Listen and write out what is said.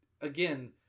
again